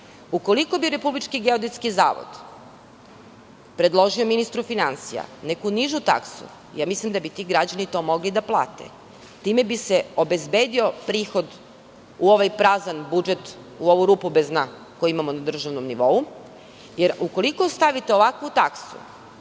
građana. Ukoliko bi RGZ predložio ministru finansija neku nižu taksu, mislim da bi ti građani mogli da plate i time bi se obezbedio prihod u ovaj prazan budžet, u ovu rupu bez dna što imamo na državnom nivou. Ukoliko stavite ovakvu taksu,